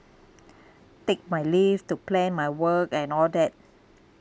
take my leave to plan my work and all that